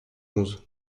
onze